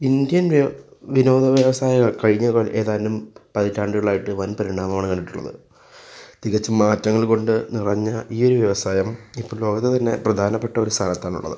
Indian വ്യ വിനോദ വ്യവസായം കഴിഞ്ഞ ഏതാനും പതിറ്റാണ്ടുകളായിട്ട് വൻ പരിണാമമാണ് കണ്ടിട്ടുള്ളത് തികച്ചും മാറ്റങ്ങൾ കൊണ്ടു നിറഞ്ഞ ഈയൊരു വ്യവസായം ഇപ്പം ലോകത്ത് തന്നെ പ്രധാനപ്പെട്ട ഒരു സ്ഥാനത്താണ് ഉള്ളത്